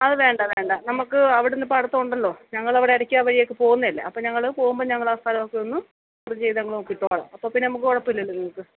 അത് വേണ്ട വേണ്ട നമുക്ക് അവിടെന്ന് പഠിത്തമുണ്ടല്ലോ ഞങ്ങളവിടെ ഇടക്കാ വഴിയൊക്കെ പോകുന്നതല്ലേ അപ്പം ഞങ്ങൾ പോകുമ്പം ഞങ്ങളാ സ്ഥലമൊക്കെയൊന്ന് ഇത് ചെയ്തങ്ങ് നോക്കിക്കോളാം അപ്പം പിന്നെ നമുക്ക് കുഴപ്പമില്ലല്ലോ നിങ്ങൾക്ക്